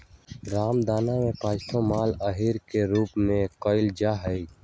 रामदाना के पइस्तेमाल आहार के रूप में कइल जाहई